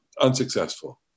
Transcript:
unsuccessful